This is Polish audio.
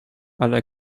ale